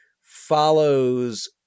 follows